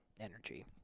energy